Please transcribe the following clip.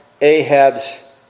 Ahab's